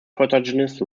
protagonist